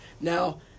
Now